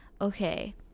okay